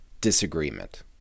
disagreement